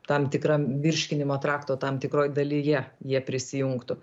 tam tikra virškinimo trakto tam tikroj dalyje jie prisijungtų